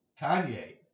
Kanye